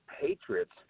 Patriots